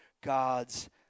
God's